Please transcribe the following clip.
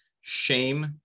Shame